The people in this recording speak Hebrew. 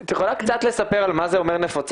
את יכולה קצת לספר על מה זה אומר נפוצה?